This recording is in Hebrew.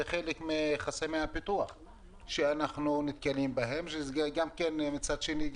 חלק מחסמי הפיתוח שאנחנו נתקלים בהם ומצד שני זה